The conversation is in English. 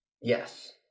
Yes